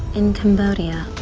in cambodia,